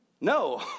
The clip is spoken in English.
No